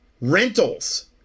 rentals